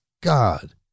God